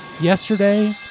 yesterday